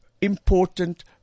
important